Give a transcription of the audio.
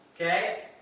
okay